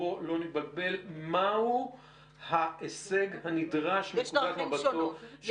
בואו לא נתבלבל, מה הוא ההישג הנדרש --- יש דרכים שונות.